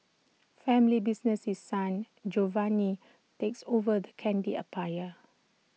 family business His Son Giovanni takes over the candy empire